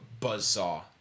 buzzsaw